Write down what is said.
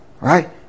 Right